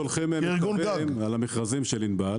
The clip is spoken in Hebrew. --- על המכרזים של ענבל.